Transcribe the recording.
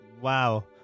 Wow